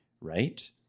right